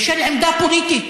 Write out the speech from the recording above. בשל עמדה פוליטית,